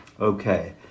okay